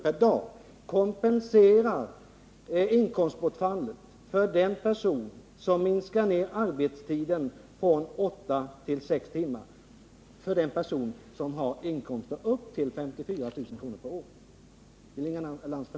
per dag, kompenserar inkomstbortfallet för den person som minskar arbetstiden från åtta till sex timmar och som har en inkomst på upp till 54 000 kr. per år?